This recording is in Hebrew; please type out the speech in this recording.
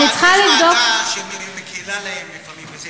יש כזו ועדה שמקלה להם לפעמים.